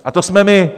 A to jsme my!